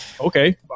okay